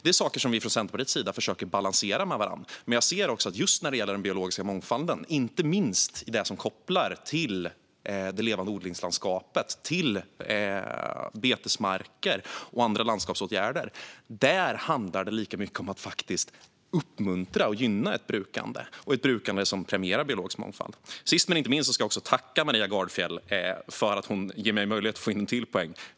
Det är saker som vi från Centerpartiets sida försöker balansera med varandra. Just när det gäller den biologiska mångfalden, inte minst i det som kopplar till det levande odlingslandskapet, med betesmarker och andra landskapsåtgärder, handlar det lika mycket om att uppmuntra och gynna ett brukande som premierar biologisk mångfald. Sist men inte minst ska jag tacka Maria Gardfjell för att hon ger mig möjlighet att få in en till poäng.